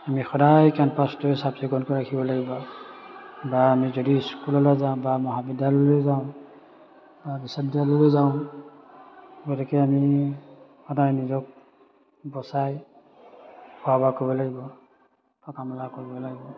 আমি সদায় কেম্পাছটোৱে চাফ চিকুণ কৰি ৰাখিব লাগিব বা আমি যদি স্কুললৈ যাওঁ বা মহাবিদ্যালয়লৈ যাওঁ বা বিশ্ববিদ্যালয়লৈ যাওঁ গতিকে আমি সদায় নিজক বচাই খোৱা বোৱা কৰিব লাগিব থকা মেলা কৰিব লাগিব